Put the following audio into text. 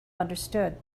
understood